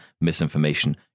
misinformation